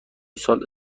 سال